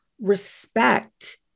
respect